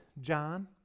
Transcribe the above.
John